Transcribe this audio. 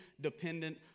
dependent